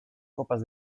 copas